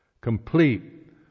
Complete